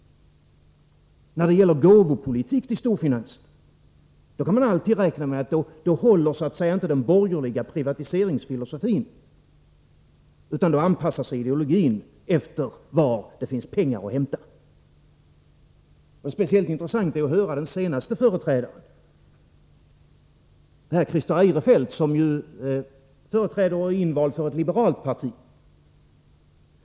När det gäller gåvopolitik gentemot storfinansen kan man alltid räkna med att den borgerliga privatiseringsfilosofin inte håller, utan då anpassas ideologin efter var det finns pengar att hämta. Speciellt intressant är att höra den senaste företrädaren, Christer Eirefelt, som ju är invald för ett liberalt parti.